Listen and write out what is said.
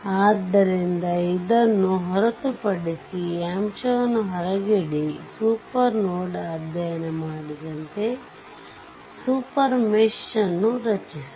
ಆದ್ದರಿಂದ ಇದನ್ನು ಹೊರತುಪಡಿಸಿ ಈ ಅಂಶವನ್ನು ಹೊರಗಿಡಿ ಸೂಪರ್ ನೋಡ್ ಅಧ್ಯಯನ ಮಾಡಿದಂತೆ ಸೂಪರ್ ಮೆಶ್ ಯನ್ನು ರಚಿಸುವ